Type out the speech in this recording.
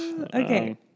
Okay